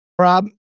Rob